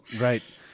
Right